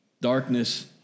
Darkness